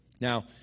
Now